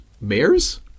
mares